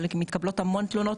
אבל מתקבלות המון תלונות,